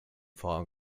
fog